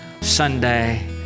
Sunday